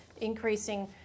increasing